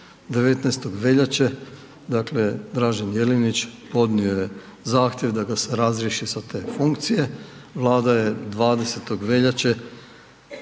19. veljače, dakle Dražen Jelenić podnio je zahtjev da ga se razriješi sa te funkcije. Vlada je 20. veljače